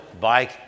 bike